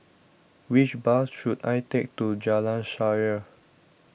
which bus should I take to Jalan Shaer